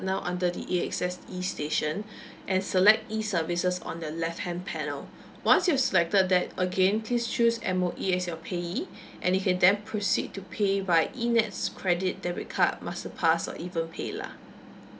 now under the A_X_S E station and select E services on the left hand panel once you have selected that again please choose M_O_E as your payee and you can then proceed to pay by E N_E_T_S credit debit card master pass or even paylah